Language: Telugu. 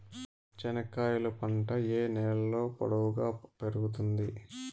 చెనక్కాయలు పంట ఏ నేలలో పొడువుగా పెరుగుతుంది?